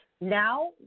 Now